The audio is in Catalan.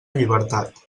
llibertat